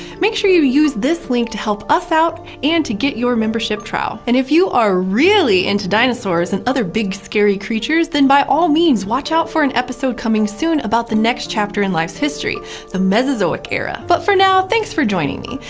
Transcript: make sure you use this link to help us out and to get your membership trial. and if you are really into dinosaurs and other big, scary creatures, then by all means watch for for an episode coming soon about the next chapter in life's history the mesozoic era! but for now, thanks for joining me!